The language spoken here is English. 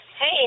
Hey